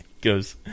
Goes